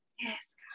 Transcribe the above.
yes